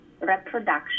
reproduction